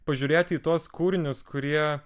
pažiūrėti į tuos kūrinius kurie